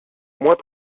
moins